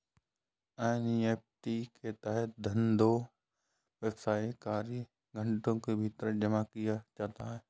NEFT के तहत धन दो व्यावसायिक कार्य घंटों के भीतर जमा किया जाता है